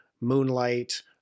moonlight